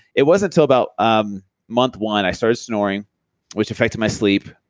it wasn't till about um month one, i started snoring which affected my sleep,